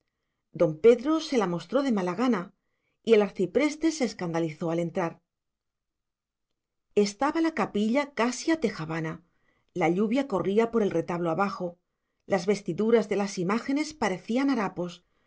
don pedro se la mostró de mala gana y el arcipreste se escandalizó al entrar estaba la capilla casi a tejavana la lluvia corría por el retablo abajo las vestiduras de las imágenes parecían harapos